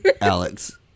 Alex